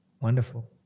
Wonderful